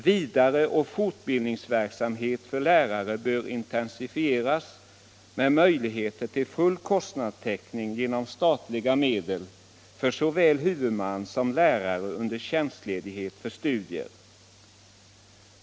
Vidare och fortbildningsverksamheten för lärare bör intensifieras med möjligheter till full kostnadstäckning genom statliga medel, såväl för huvudman som för lärare under tjänstledighet för studier.